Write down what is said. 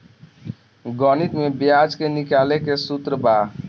गणित में ब्याज के निकाले के सूत्र बा